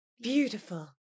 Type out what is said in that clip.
beautiful